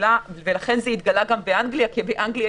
ולכן זה התגלה דווקא באנגליה כי באנגליה